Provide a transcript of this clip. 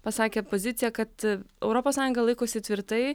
pasakė poziciją kad europos sąjunga laikosi tvirtai